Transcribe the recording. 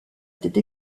étaient